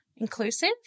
inclusive